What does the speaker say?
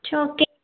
சரி ஓகே